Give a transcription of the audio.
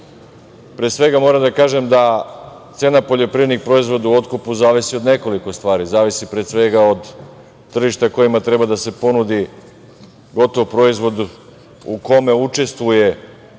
svega, moram da kažem da cena poljoprivrednih proizvoda u otkupu zavisi od nekoliko stvari. Zavisi, pre svega, od tržišta kojem treba da se ponudi gotov proizvod u kome učestvuje sirovina koja